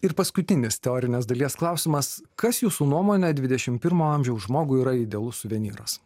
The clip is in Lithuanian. ir paskutinis teorinės dalies klausimas kas jūsų nuomone dvidešim pirmo amžiaus žmogui yra idealus suvenyras